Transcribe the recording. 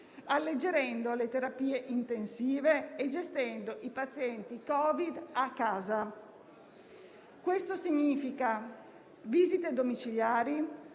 alleggerendo le terapie intensive e gestendo i pazienti Covid a casa. Questo significa visite domiciliari,